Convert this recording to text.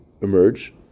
emerge